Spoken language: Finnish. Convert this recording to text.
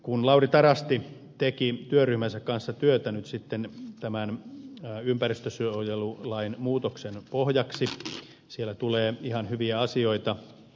kun lauri tarasti nyt sitten teki työryhmänsä kanssa työtä tämän ympäristönsuojelulain muutoksen pohjaksi siellä tuli ihan hyviä asioita